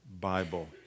Bible